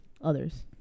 others